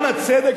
גם הצדק,